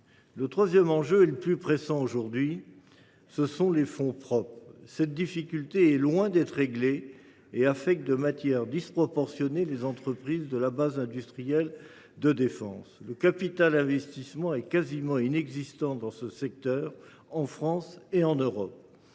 Le troisième enjeu, et le plus pressant aujourd’hui, ce sont les fonds propres. Cette difficulté est loin d’être réglée. Elle affecte de manière disproportionnée les entreprises de la base industrielle et technologique de défense. Le capital investissement est quasiment inexistant dans le secteur de la défense en France et en Europe.